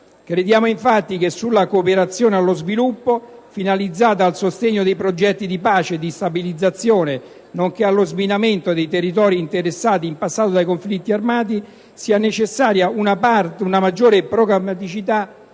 Crediamo, infatti, che sulla cooperazione allo sviluppo finalizzata al sostegno dei progetti di pace, di stabilizzazione, nonché allo sminamento dei territori interessati in passato dai conflitti armati sia necessaria una maggiore programmazione